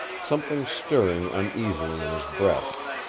something stirring uneasily in his breast,